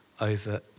over